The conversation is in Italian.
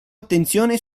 attenzione